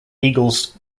eagles